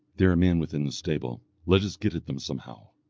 there are men within the stable, let us get at them somehow.